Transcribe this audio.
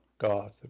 God